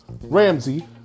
Ramsey